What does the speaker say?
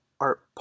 art